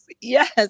Yes